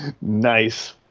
Nice